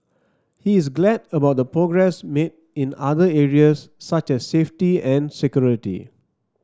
he is glad about the progress made in other areas such as safety and security